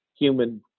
human